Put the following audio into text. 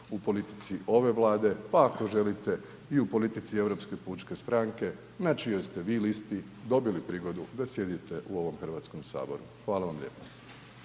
u politici ove Vlade, pa ako želite i u politici Europske pučke stranke, na čijoj ste vi listi dobili prigodu da sjedite u ovom HS-u. Hvala vam lijepa.